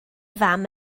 fam